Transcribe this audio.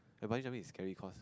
ya Bungee jumping cause